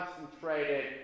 concentrated